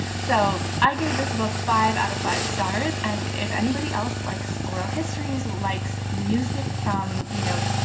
so i gave this book five out of five stars. and if anybody else likes oral histories, likes music from, you know,